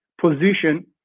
position